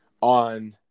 on